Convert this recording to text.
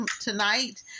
tonight